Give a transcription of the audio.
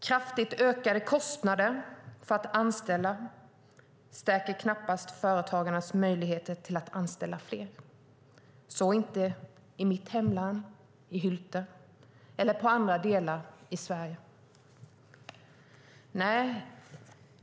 Kraftigt ökande kostnader för att anställa stärker knappast företagarnas möjligheter att anställa fler, vare sig i mitt hemlän eller i andra delar av Sverige.